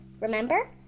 Remember